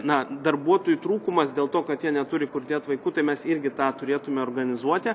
na darbuotojų trūkumas dėl to kad jie neturi kur dėt vaikų tai mes irgi tą turėtume organizuoti